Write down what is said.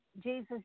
Jesus